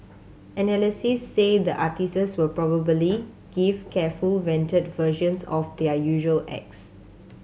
analysts say the artists will probably give careful vetted versions of their usual acts